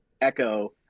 echo